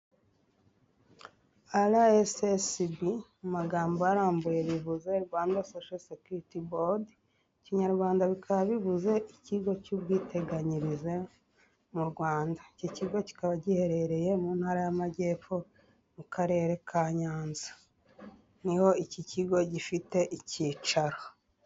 Araesiesibi mu magambo arambuye ruhuza rwanda sosho, sekuriti, bodi, mu Kinyarwanda bikaba bivuze ikigo cy'ubwiteganyirize mu Rwanda. Iki kigo kikaba giherereye mu ntara y'Amajyepfo mu karere ka Nyanza niho iki kigo gifite ikicaro.